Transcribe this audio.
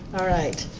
all right,